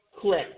click